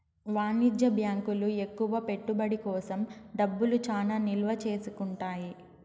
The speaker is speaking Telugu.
వాణిజ్య బ్యాంకులు ఎక్కువ పెట్టుబడి కోసం డబ్బులు చానా నిల్వ చేసుకుంటాయి